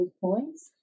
points